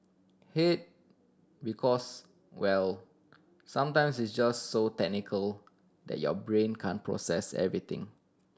hate because well sometimes it's just so technical that your brain can't process everything